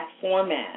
format